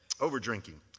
Over-drinking